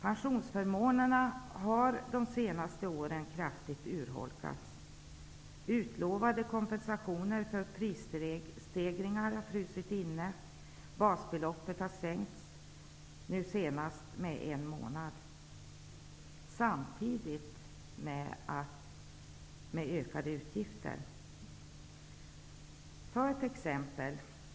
Pensionsförmånerna har de senaste åren kraftigt urholkats. Utlovade kompensationer för prisstegringar har frusit inne, basbeloppet har sänkts, senast för en månad sedan, samtidigt som man fått ökade utgifter. Låt mig ta ett exempel.